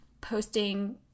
posting